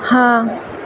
ہاں